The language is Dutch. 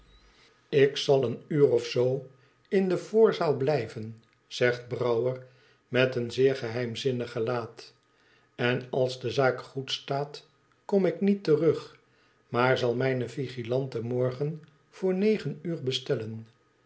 ik zal een uur of zoo in de voorzaal biijven zegt brouwer met een zeer geheimzinnig gelaat en als de zaak goed staat kom ik niet terug maar zal mijne vigilante morgen voor negen uur bestellen